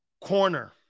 corner